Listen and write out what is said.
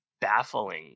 baffling